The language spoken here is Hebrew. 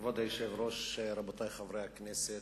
כבוד היושב-ראש, רבותי חברי הכנסת,